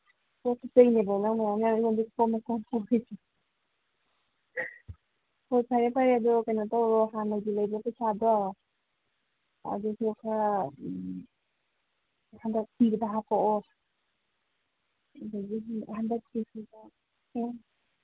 ꯄꯣꯠ ꯁꯤꯠꯄꯩꯅꯦꯕ ꯅꯪꯅ ꯃꯌꯥꯝ ꯃꯌꯥꯝ ꯑꯩꯉꯣꯟꯗꯩ ꯈꯣꯝꯃ ꯈꯣꯝꯃ ꯄꯨꯒ꯭ꯔꯤꯁꯦ ꯍꯣꯏ ꯐꯔꯦ ꯐꯔꯦ ꯑꯗꯣ ꯀꯩꯅꯣ ꯇꯧꯔꯣ ꯍꯥꯟꯅꯒꯤ ꯂꯩꯕ ꯄꯩꯁꯥꯗꯣ ꯑꯗꯁꯨ ꯈꯔ ꯍꯟꯗꯛ ꯄꯤꯕꯗ ꯍꯥꯞꯄꯛꯑꯣ ꯑꯗꯒꯤꯗꯤ ꯍꯟꯗꯛꯀꯤꯁꯤꯗ ꯎꯝ